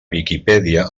viquipèdia